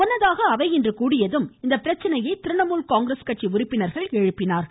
முன்னதாக அவை இன்று கூடியதும் இப்பிரச்சனையை திரிணமுல் காங்கிரஸ் கட்சி உறுப்பினர்கள் எழுப்பினார்கள்